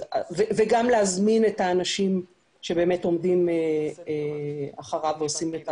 גם להזמין את האנשים שבאמת עומדים אחריו ועושים את העבודה.